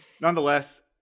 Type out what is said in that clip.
Nonetheless